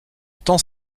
temps